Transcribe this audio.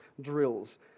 drills